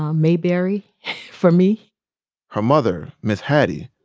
um mayberry for me her mother, miss hattie,